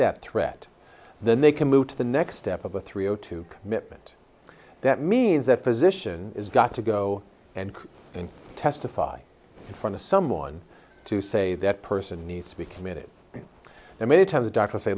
that threat then they can move to the next step of a three o two commitment that means that position is got to go and testify in front of someone to say that person needs to be committed and many times doctors say